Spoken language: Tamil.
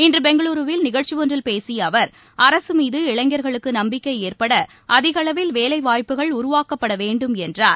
இன்றுபெங்களுருவில் நிகழ்ச்சிஒன்றில் பேசியஅவர் அரசுமீது இளைஞர்களுக்குநம்பிக்கைஏற்படஅதிகளவில் வேலைவாய்ப்புகள் உருவாக்கப்படவேண்டும் என்றார்